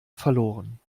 verloren